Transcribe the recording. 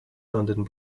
london